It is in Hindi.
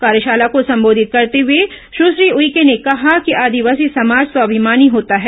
कार्यशाला को संबोधित करते हुए सुश्री उइके ने कहा कि आदिवासी समाज स्वाभिमानी होता है